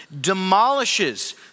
demolishes